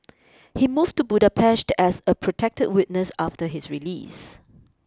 he move to Budapest as a protected witness after his release